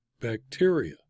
Bacteria